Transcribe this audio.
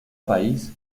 país